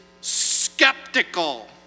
skeptical